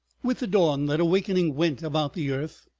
with the dawn that awakening went about the earth.